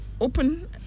open